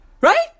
right